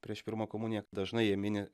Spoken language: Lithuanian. prieš pirmą komuniją dažnai jie mini